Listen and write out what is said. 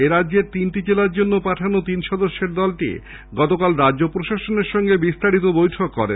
এরাজ্যের তিনটি জেলার জন্য পাঠানো তিন সদস্যের দলটি গতকাল রাজ্য প্রশাসনের সঙ্গে বিস্তারিত বৈঠক করেন